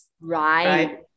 right